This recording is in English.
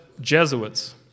Jesuits